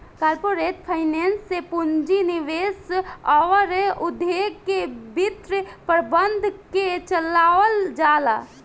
corporate finance से पूंजी निवेश अउर उद्योग के वित्त प्रबंधन के चलावल जाला